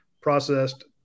processed